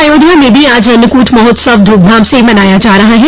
अयोध्या में भी आज अन्नकूट महोत्सव धूम धाम से मनाया जा रहा है